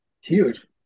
huge